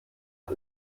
hat